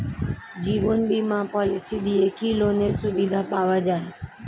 জীবন বীমা পলিসি দিয়ে কি লোনের সুবিধা পাওয়া যায়?